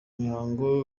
mihango